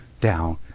down